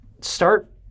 start